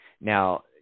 now